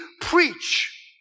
preach